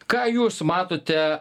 ką jūs matote